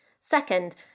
Second